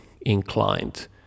inclined